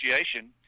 Association